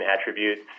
attributes